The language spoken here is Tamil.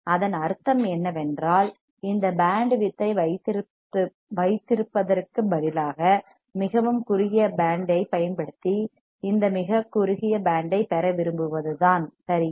அதன் அர்த்தம் என்னவென்றால் இந்த பேண்ட் வித் ஐ வைத்திருப்பதற்கு பதிலாக மிகவும் குறுகிய பேண்ட் ஐப் பயன்படுத்தி இந்த மிகக் குறுகிய பேண்ட் ஐ பெற விரும்புவதுதான் சரியா